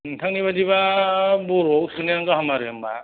नोंथांनि बादिबा बर'आव सोनायानो गाहाम आरो होमबा